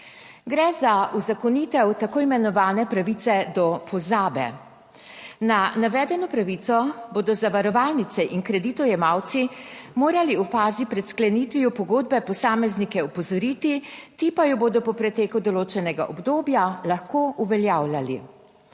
Gre za uzakonitev tako imenovane pravice do pozabe. Na navedeno pravico bodo zavarovalnice in kreditojemalci morali v fazi pred sklenitvijo pogodbe posameznike opozoriti, ti pa jo bodo po preteku določenega obdobja lahko uveljavljali.